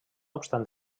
obstant